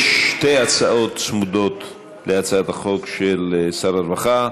יש שתי הצעות צמודות להצעת החוק של שר הרווחה.